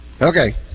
Okay